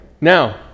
now